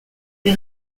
des